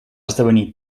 esdevenir